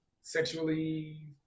Sexually